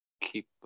keep